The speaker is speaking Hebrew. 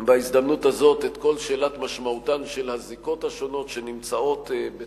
בהזדמנות הזאת את כל שאלת משמעותן של הזיקות השונות בחקיקה